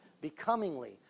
becomingly